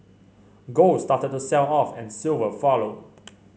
gold started to sell off and silver followed